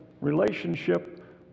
relationship